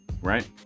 right